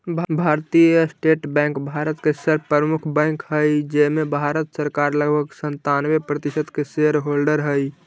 भारतीय State Bank Bharat के सर्व प्रमुख बैंक हइ जेमें भारत सरकार लगभग सन्तानबे प्रतिशत के शेयर होल्डर हइ